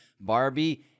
Barbie